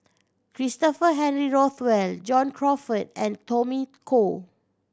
Christopher Henry Rothwell John Crawfurd and Tommy Koh